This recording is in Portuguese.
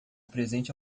presente